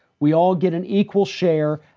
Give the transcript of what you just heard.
we all get an equal share.